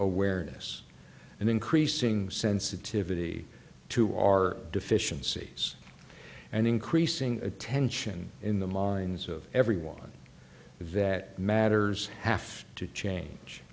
awareness and increasing sensitivity to our deficiencies and increasing attention in the minds of everyone that matters have to change